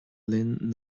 linn